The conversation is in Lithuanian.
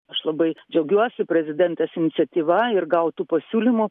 aš labai džiaugiuosi prezidentės iniciatyva ir gautu pasiūlymu